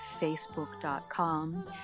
Facebook.com